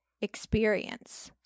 experience